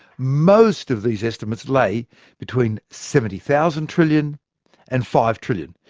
most of these estimates lay between seventy thousand trillion and five trillion.